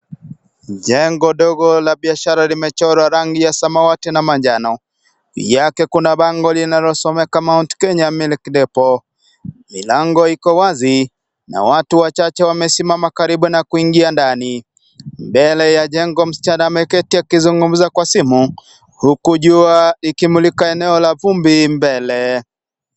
Jengo dogo la biashara limechorwa rangi ya samawati na manjano. Juu yake kuna bango linalosomeka Mount Kenya milk depot . Milango iko wazi na watu wachache wamesimama karibu na kuingia ndani. Mbele ya jengo, msichana ameketi akizungumza kwa simu huku jua likimulika eneo la vumbi mbele.